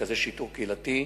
מרכזי שיטור קהילתי,